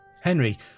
Henry